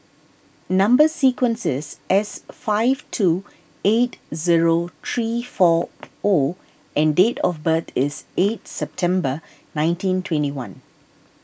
Number Sequence is S five two eight zero three four O and date of birth is eight September nineteen twenty one